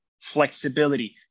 flexibility